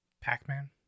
Pac-Man